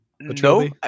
no